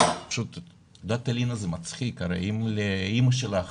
פשוט את יודעת אלינה זה מצחיק, אם לאמא שלך